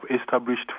established